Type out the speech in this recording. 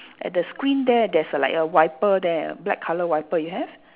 at the screen there there's like a wiper there a black colour wiper you have